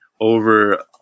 over